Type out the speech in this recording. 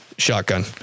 shotgun